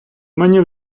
мені